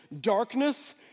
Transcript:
darkness